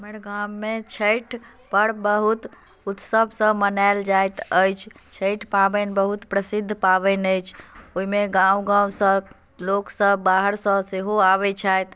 हमर गाममे छठि पर्व बहुत उत्सवसँ मनायल जाइत अछि छठि पाबनि बहुत प्रसिद्ध पाबनि अछि ओहिमे गाम गामसँ लोकसभ बाहरसँ सेहो अबैत छथि